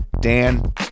Dan